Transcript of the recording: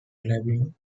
labine